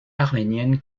arménienne